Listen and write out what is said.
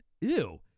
ew